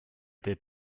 did